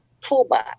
toolbox